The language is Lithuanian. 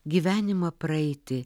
gyvenimą praeiti